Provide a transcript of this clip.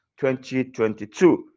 2022